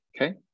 Okay